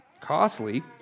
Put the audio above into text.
Costly